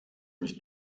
mich